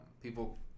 people